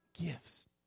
gifts